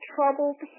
Troubled